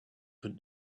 put